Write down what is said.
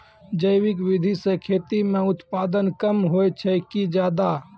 जैविक विधि से खेती म उत्पादन कम होय छै कि ज्यादा?